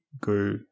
go